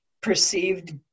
perceived